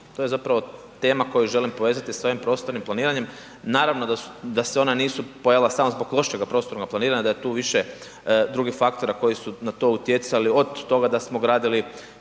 To je zapravo tema koju želim povezati sa ovim prostornim planiranjem, naravno da se ona nisu pojavila samo zbog prostornog planiranja da je tu više drugih faktora koji su na to utjecali od tog da smo gradili